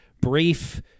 brief